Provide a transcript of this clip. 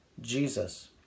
Jesus